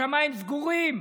השמיים סגורים.